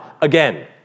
again